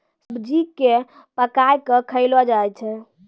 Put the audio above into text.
सब्जी क पकाय कॅ खयलो जाय छै